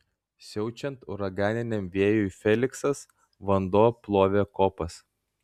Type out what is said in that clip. siaučiant uraganiniam vėjui feliksas vanduo plovė kopas